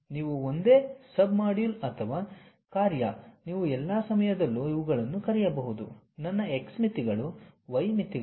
ನೀವು ಒಂದೇ ಸಬ್ಮಾಡ್ಯೂಲ್ ಅಥವಾ ಕಾರ್ಯ ನೀವು ಎಲ್ಲ ಸಮಯದಲ್ಲೂ ಇವುಗಳನ್ನು ಕರೆಯುವುದು ನನ್ನ x ಮಿತಿಗಳು y ಮಿತಿಗಳು